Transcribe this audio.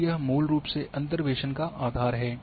और यह मूल रूप से अंतर्वेसन का आधार है